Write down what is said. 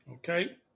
Okay